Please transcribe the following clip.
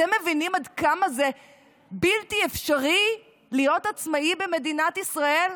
אתם מבינים עד כמה בלתי אפשרי להיות עצמאי במדינת ישראל,